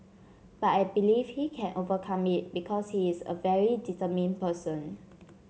but I believe he can overcome it because he is a very determined person